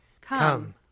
Come